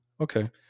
Okay